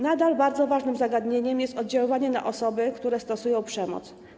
Nadal bardzo ważnym zagadnieniem jest oddziaływanie na osoby, które stosują przemoc.